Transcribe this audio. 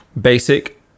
basic